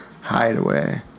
Hideaway